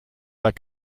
that